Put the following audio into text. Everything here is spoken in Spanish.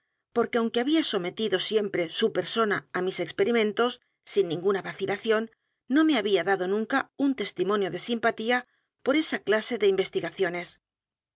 porque aunque había sometido siempre su persona á mis experimentos sin ninguna vacilación no me había dado nunca un testimonio de simpatía por esa clase de investigaciones